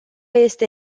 este